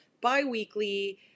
bi-weekly